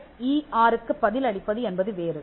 F E ஆருக்குப் பதில் அளிப்பது என்பது வேறு